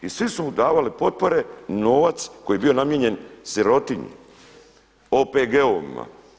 I svi su mu davali potpore, novac koji je bio namijenjen sirotinji, OPG-ovima.